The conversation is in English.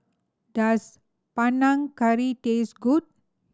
does Panang Curry taste good